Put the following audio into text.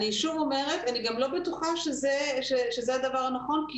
אני שוב אומרת ואני גם לא בטוחה שזה הדבר הנכון כי